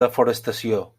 desforestació